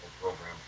program